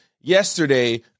yesterday